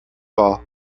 all